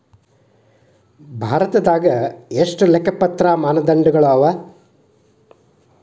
ಭಾರತದಾಗ ಎಷ್ಟ ಲೆಕ್ಕಪತ್ರ ಮಾನದಂಡಗಳವ?